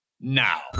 now